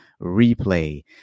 replay